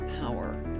power